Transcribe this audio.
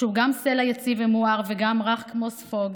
שהוא גם סלע יציב ומואר וגם רך כמו ספוג,